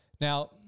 Now